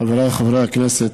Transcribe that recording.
חבריי חברי הכנסת,